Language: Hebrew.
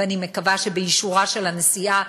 ואני מקווה שבאישורה של הנשיאה,